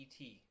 et